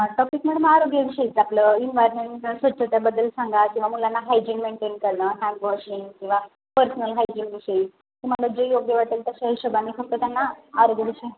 हा topic madam आरोग्याविषयीचं आपलं इन्व्हायर्नमेंट स्वच्छतेबद्दल सांगा की मुलाना हायजीन मेंटेन करणं सांगावं असेल किंवा पर्सनल हायजीनविषयी तुम्हाला जे योग्य वाटेल त्याच्या हिशोबाने फक्त त्यांना आरोग्यविषयक